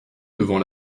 devant